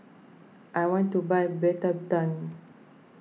I want to buy Betadine